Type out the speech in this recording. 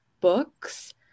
books